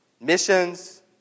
missions